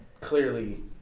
clearly